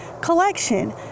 collection